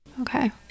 Okay